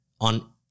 on